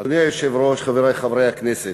אדוני היושב-ראש, חברי חברי הכנסת,